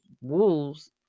wolves